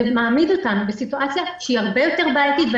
זה מעמיד אותנו בסיטואציה שהיא הרבה יותר בעייתית.